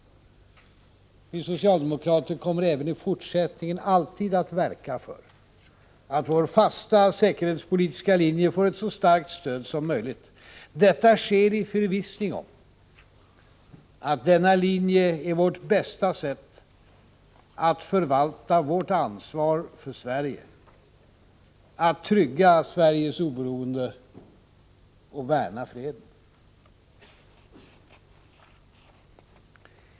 Vi socialdemokrater kommer även i fortsättningen alltid att verka för att vår fasta säkerhetspolitiska linje får ett så starkt stöd som möjligt. Detta sker i förvissning om att denna linje är vårt bästa sätt att förvalta vårt ansvar för Sverige, att trygga Sveriges oberoende och värna freden.